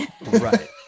right